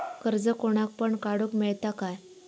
कर्ज कोणाक पण काडूक मेलता काय?